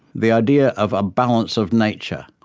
the idea of a balance of nature,